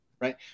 right